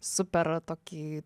super tokį